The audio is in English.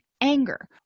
anger